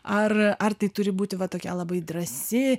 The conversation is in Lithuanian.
ar ar tai turi būti va tokia labai drąsi